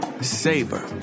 Savor